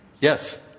Yes